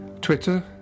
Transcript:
Twitter